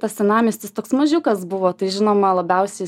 tas senamiestis toks mažiukas buvo tai žinoma labiausi